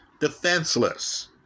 defenseless